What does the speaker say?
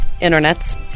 internets